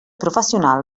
professional